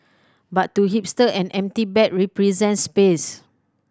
but to hipster an empty bag represents space